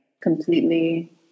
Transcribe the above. completely